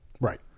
right